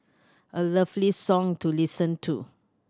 a lovely song to listen to